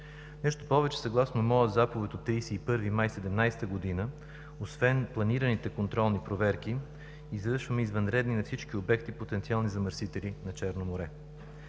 Нещо повече, съгласно моя Заповед от 31 май 2017 г., освен планираните контролни проверки извършваме и извънредни на всички обекти – потенциални замърсители на Черно море.